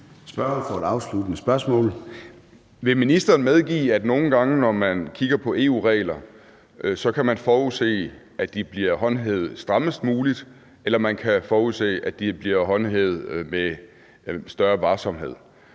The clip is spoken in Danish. Ole Birk Olesen (LA): Vil ministeren medgive, at nogle gange, når man kigger på EU-regler, kan man forudse, at de bliver håndhævet strammest muligt, eller at de bliver håndhævet med større varsomhed?